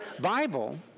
Bible